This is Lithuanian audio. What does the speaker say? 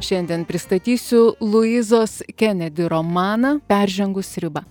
šiandien pristatysiu luizos kenedi romaną peržengus ribą